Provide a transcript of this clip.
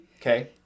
Okay